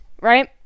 right